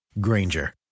Granger